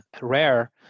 rare